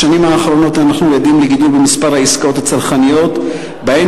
בשנים האחרונות אנחנו עדים לגידול במספר העסקאות הצרכניות שבהן